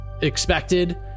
expected